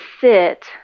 sit